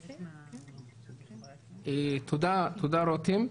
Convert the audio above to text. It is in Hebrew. תודה, רותם.